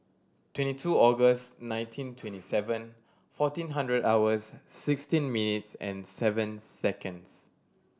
twenty two August nineteen twenty seven fourteen hundred hours sixteen minutes and seven seconds